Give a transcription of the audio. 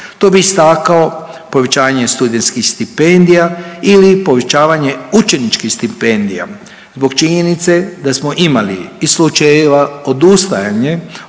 Tu bih istakao povećanje studentskih stipendija ili povećavanje učeničkih stipendija zbog činjenice da smo imali i slučajeva odustajanje